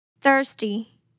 Thirsty